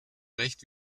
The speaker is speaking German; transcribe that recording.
recht